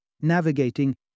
navigating